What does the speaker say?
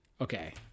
Okay